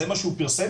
זה מה שהוא פרסם,